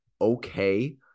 okay